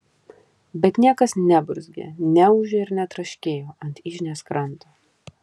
bet niekas neburzgė neūžė ir netraškėjo ant yžnės kranto